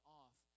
off